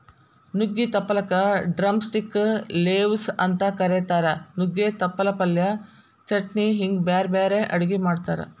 ನುಗ್ಗಿ ತಪ್ಪಲಕ drumstick leaves ಅಂತ ಕರೇತಾರ, ನುಗ್ಗೆ ತಪ್ಪಲ ಪಲ್ಯ, ಚಟ್ನಿ ಹಿಂಗ್ ಬ್ಯಾರ್ಬ್ಯಾರೇ ಅಡುಗಿ ಮಾಡ್ತಾರ